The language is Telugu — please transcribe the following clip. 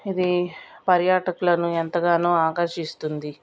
ఇది పర్యాటకులను ఎంతగానో ఆకర్షిస్తుంది